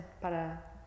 para